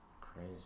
Crazy